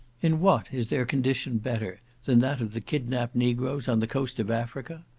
in what is their condition better than that of the kidnapped negroes on the coast of africa?